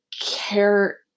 care